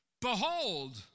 Behold